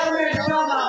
כרמל שאמה,